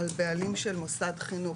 על בעלים של מוסד חינוך,